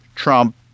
Trump